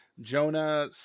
Jonah